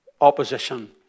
opposition